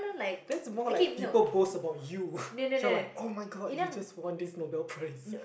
that's more like people boast about you you're like oh-my-god you just won this Nobel Prize